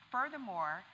Furthermore